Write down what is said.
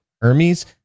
hermes